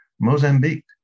Mozambique